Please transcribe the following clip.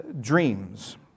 dreams